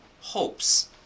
hopes